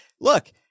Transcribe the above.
look